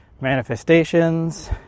Manifestations